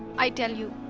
i tell you,